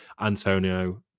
Antonio